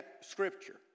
Scripture